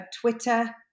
Twitter